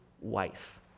wife